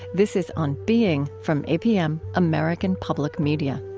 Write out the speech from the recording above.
this is on being from apm, american public media